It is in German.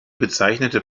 bezeichnete